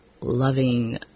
loving